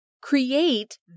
create